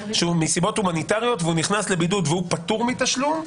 שהוא מנסיבות הומניטריות ונכנס לבידוד והוא פטור מתשלום,